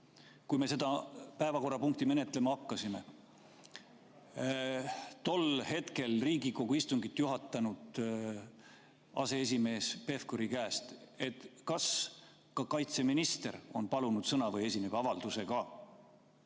kui me seda päevakorrapunkti menetlema hakkasime, tol hetkel Riigikogu istungit juhatanud aseesimees Pevkuri käest, kas ka kaitseminister on palunud sõna või esineb avaldusega